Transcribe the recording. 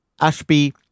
Ashby